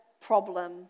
problem